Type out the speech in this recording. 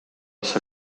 see